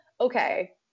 okay